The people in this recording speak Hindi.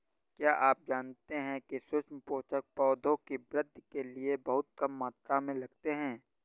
क्या आप जानते है सूक्ष्म पोषक, पौधों की वृद्धि के लिये बहुत कम मात्रा में लगते हैं?